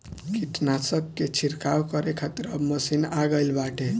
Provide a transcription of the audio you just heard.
कीटनाशक के छिड़काव करे खातिर अब मशीन आ गईल बाटे